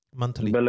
Monthly